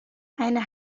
eine